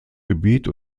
gebiet